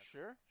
Sure